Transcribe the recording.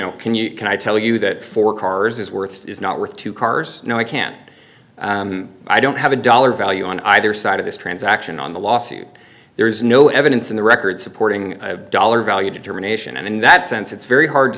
know can you can i tell you that four cars is worth it is not worth two cars no i can't i don't have a dollar value on either side of this transaction on the lawsuit there is no evidence in the record supporting dollar value determination and in that sense it's very hard to